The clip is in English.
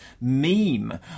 meme